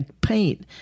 paint